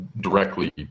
directly